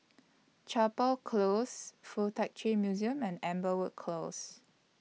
Chapel Close Fuk Tak Chi Museum and Amberwood Close